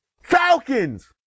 Falcons